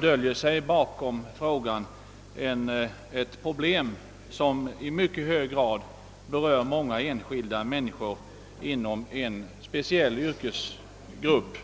döljer sig bakom den ett problem som i hög grad berör många enskilda människor i en speciell yrkesgrupp.